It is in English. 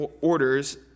orders